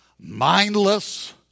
mindless